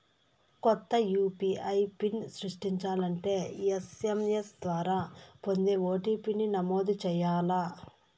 కొత్త UPI PIN సృష్టించాలంటే SMS ద్వారా పొందే ఓ.టి.పి.ని నమోదు చేయాల్ల